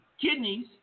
kidneys